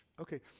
Okay